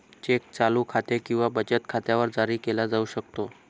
check चालू खाते किंवा बचत खात्यावर जारी केला जाऊ शकतो